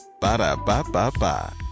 Ba-da-ba-ba-ba